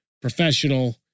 professional